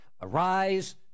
Arise